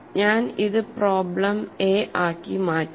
ഞാൻ ഇത് പ്രോബ്ലം എ ആക്കി മാറ്റും